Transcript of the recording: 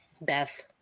Beth